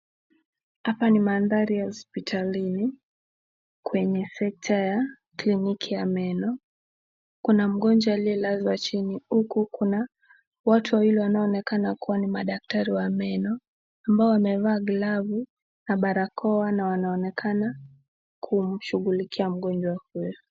Hapa ni mandhari ya hospitalini kwenye sekta ya kliniki ya meno. Kuna mgonjwa aliyelazwa chini huku kuna watu wawili wanaoonekana kuwa ni madaktari wa meno ambao wamevaa glavu na barakoa na wanaonekana kumshughulikia mgonjwa huyu.